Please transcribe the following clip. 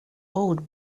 old